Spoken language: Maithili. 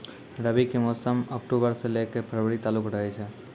रबी के मौसम अक्टूबरो से लै के फरवरी तालुक रहै छै